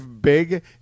big